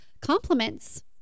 compliments